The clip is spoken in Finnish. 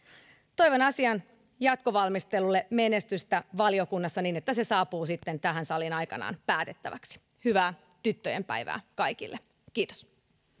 toivon asian jatkovalmistelulle menestystä valiokunnassa niin että se saapuu sitten tähän saliin aikanaan päätettäväksi hyvää tyttöjen päivää kaikille kiitos